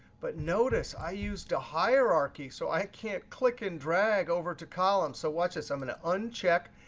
but notice i used to hierarchy, so i can't click and drag over to column. so watch this. i'm going to uncheck,